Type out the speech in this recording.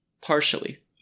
partially